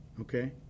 Okay